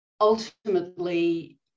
ultimately